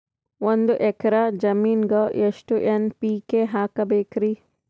ಒಂದ್ ಎಕ್ಕರ ಜಮೀನಗ ಎಷ್ಟು ಎನ್.ಪಿ.ಕೆ ಹಾಕಬೇಕರಿ?